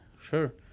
sure